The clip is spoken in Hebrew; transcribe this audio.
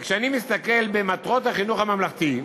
וכשאני מסתכל במטרות החינוך הממלכתי,